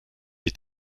est